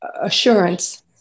assurance